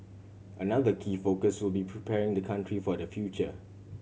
another key focus will be preparing the country for the future